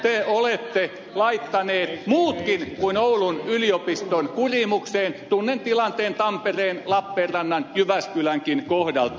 te olette laittaneet muutkin kuin oulun yliopiston kurjimukseen tunnen tilanteen tampereen lappeenrannan jyväskylänkin kohdalta